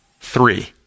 Three